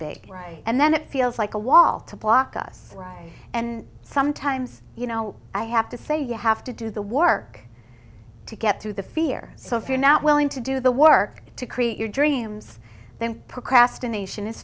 big and then it feels like a wall to block us and sometimes you know i have to say you have to do the work to get through the fear so if you're not willing to do the work to create your dreams then procrastination is